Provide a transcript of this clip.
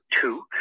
two